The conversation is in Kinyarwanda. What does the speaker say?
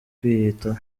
kwiyitaho